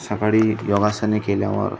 सकाळी योगासने केल्यावर